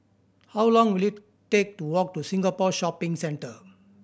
how long will it take to walk to Singapore Shopping Centre